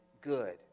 good